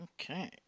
Okay